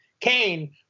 Kane